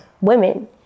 women